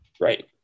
Right